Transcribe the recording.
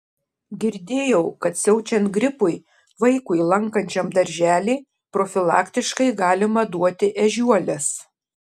girdėjau kad siaučiant gripui vaikui lankančiam darželį profilaktiškai galima duoti ežiuolės